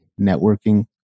networking